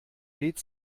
lädt